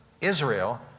Israel